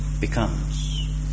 becomes